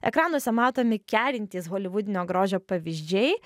ekranuose matomi kerintys holivudinio grožio pavyzdžiai